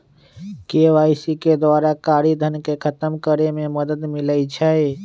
KYC के द्वारा कारी धन के खतम करए में मदद मिलइ छै